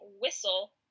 whistle